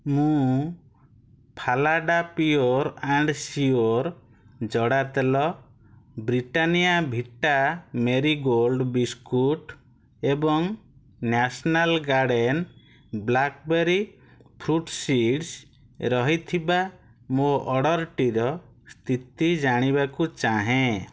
ମୁଁ Phalada pure and sure ଜଡ଼ା ତେଲ Britannia Vita Marie Gold biscuit ଏବଂ National Garden blackberry fruit seeds ରହିଥିବା ମୋ ଅର୍ଡ଼ର୍ଟିର ସ୍ଥିତି ଜାଣିବାକୁ ଚାହେଁ